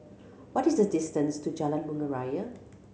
what is the distance to Jalan Bunga Raya